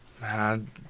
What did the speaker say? Man